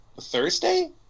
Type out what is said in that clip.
Thursday